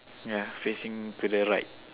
ya facing to the right